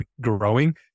growing